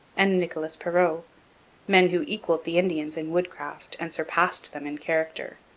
and nicolas perrot men who equalled the indians in woodcraft and surpassed them in character.